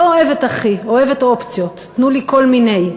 לא אוהבת הכי, אוהבת אופציות, תנו לי כל מיני.